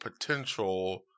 potential